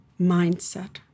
mindset